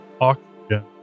oxygen